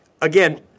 again